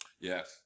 Yes